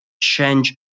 change